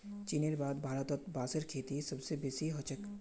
चीनेर बाद भारतत बांसेर खेती सबस बेसी ह छेक